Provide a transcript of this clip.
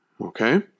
Okay